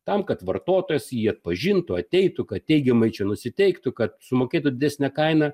tam kad vartotojas jį atpažintų ateitų kad teigiamai čia nusiteiktų kad sumokėtų didesnę kainą